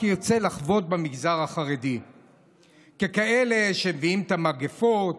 ירצה לחבוט במגזר החרדי ככאלה שמביאים את המגפות,